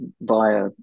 via